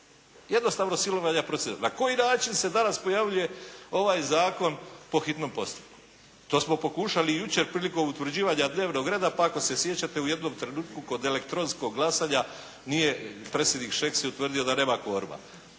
jednostavno silovanja procedure. Na koji način se danas pojavljuje ovaj Zakon po hitnom postupku? To smo pokušali jučer prilikom utvrđivanja Dnevnog reda, pa ako se sjećate u jednom trenutku kod elektronskog glasanja nije predsjednik Šeks je utvrdio da nema kvoruma.